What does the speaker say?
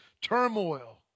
turmoil